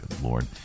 Lord